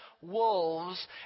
wolves